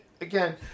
again